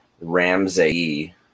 Ramsey